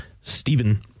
Stephen